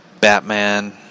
Batman